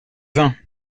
vin